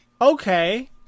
okay